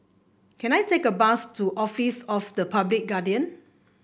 can I take a bus to Office of the Public Guardian